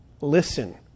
Listen